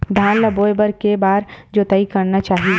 धान ल बोए बर के बार जोताई करना चाही?